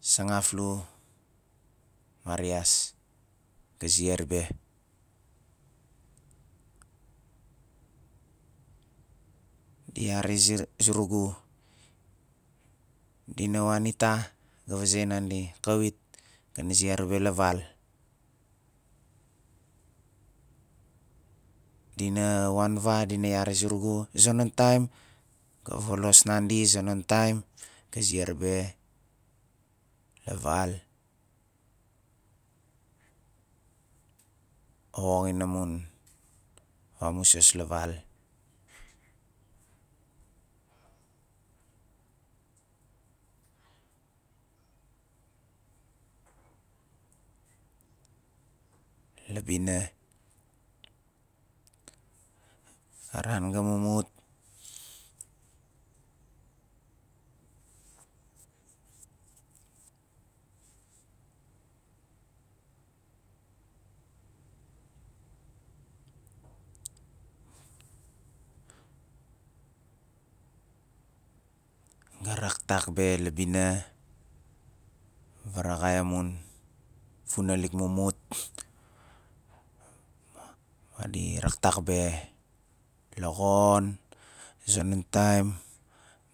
Sangaflu marias ga ziar be di yari zi- zurugu "dina wan ita" ga vaze nandi "kawit ga na ziar be la val dina wan va dina yari zurugu a zonon tam ga volos nandi a zonon tam ga ziar be la val woxin amuri vamusas amusas la val la bina a ran go mumut ga raktak be la bina varaxai amun funalik mumut madi raktak be laxon a zonon tam